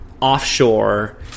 offshore